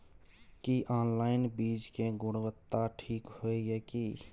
की online बीज के गुणवत्ता ठीक होय ये की?